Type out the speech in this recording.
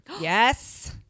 yes